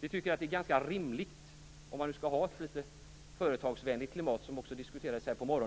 Vi tycker att det är rimligt - om det nu skall vara ett företagsvänligt klimat, som diskuterades här i kammaren på